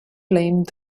blamed